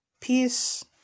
Peace